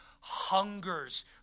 hungers